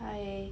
hi